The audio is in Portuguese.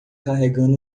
carregando